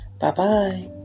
Bye-bye